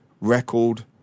record